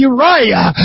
Uriah